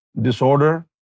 disorder